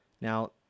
Now